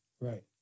Right